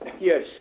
Yes